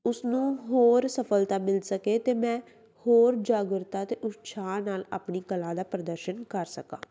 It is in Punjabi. ਉਸਨੂੰ ਹੋਰ ਸਫਲਤਾ ਮਿਲ ਸਕੇ ਅਤੇ ਮੈਂ ਹੋਰ ਜਾਗਰੂਕਤਾ ਅਤੇ ਉਤਸ਼ਾਹ ਨਾਲ ਆਪਣੀ ਕਲਾ ਦਾ ਪ੍ਰਦਰਸ਼ਨ ਕਰ ਸਕਾਂ